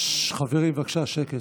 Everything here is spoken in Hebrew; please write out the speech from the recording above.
חברים, בבקשה שקט.